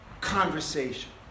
conversation